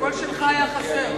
הקול שלך היה חסר.